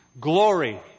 Glory